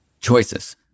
choices